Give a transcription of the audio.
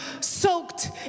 soaked